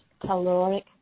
caloric